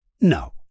No